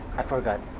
i forgot,